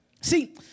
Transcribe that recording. See